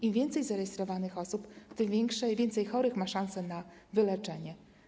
Im więcej zarejestrowanych osób, tym więcej chorych ma szansę na wyleczenie.